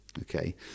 okay